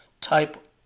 type